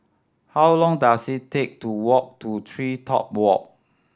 how long does it take to walk to TreeTop Walk